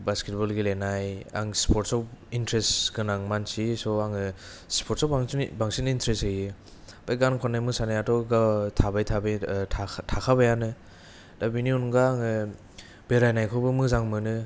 basket बल गेलेनाय आं sports आव इन्टरेस्ट गोनां मानसि स' आङो स्पिर्टस आव बांसिन बांसिन इन्टरेस्ट होयो बे गान खननाय मोसानायाथ' ग थाबाय थाबाय थाखा थाखाबायानो दा बेनि अनगा आङो बेरायनायखौबो मोजां मोनो